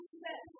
set